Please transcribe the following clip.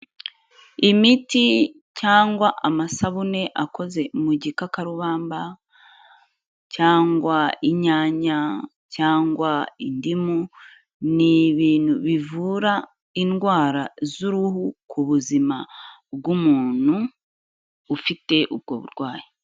Imiti cyangwa amasabune, akoze mu gikakarubamba, cyangwa inyanya, cyangwa indimu, ni ibintu bivura indwara z'uruhu, ku buzima bw'umuntu, ufite ubwo burwayi.